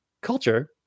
culture